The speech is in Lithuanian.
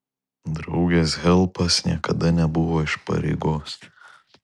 draugės helpas niekada nebuvo iš pareigos